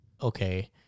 okay